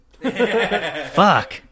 Fuck